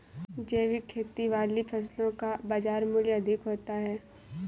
जैविक खेती वाली फसलों का बाज़ार मूल्य अधिक होता है